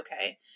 okay